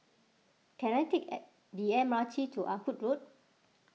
can I take a the M R T to Ah Hood Road